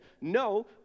no